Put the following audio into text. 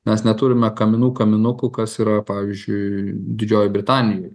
mes neturime kaminų kaminukų kas yra pavyzdžiui didžiojoj britanijoj